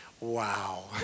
wow